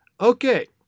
Okay